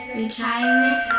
retirement